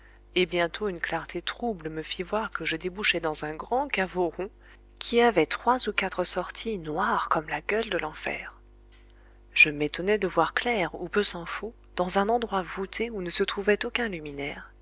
et bientôt une clarté trouble me fit voir que je débouchais dans un grand caveau rond qui avait trois ou quatre sorties noires comme la gueule de l'enfer je m'étonnai de voir clair ou peu s'en faut dans un endroit voûté où ne se trouvait aucun luminaire